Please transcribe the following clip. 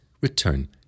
return